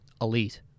elite